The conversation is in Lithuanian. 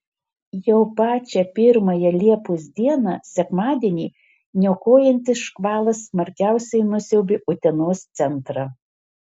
jau pačią pirmąją liepos dieną sekmadienį niokojantis škvalas smarkiausiai nusiaubė utenos centrą